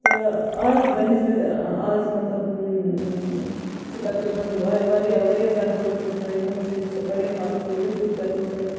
تہٕ آز بَنسبَت آز مَطلَب چھِ تَقریباً واریاہ واریاہ زیادٕ ہیٚلپ چھِ گَژھان یمو چیٖزو سۭتۍ پَلیٹ فارم سۭتۍ یوٗٹیوٗب چَنلو سۭتۍ